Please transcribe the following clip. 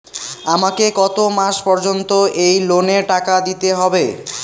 আমাকে কত মাস পর্যন্ত এই লোনের টাকা দিতে হবে?